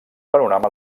panorama